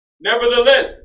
Nevertheless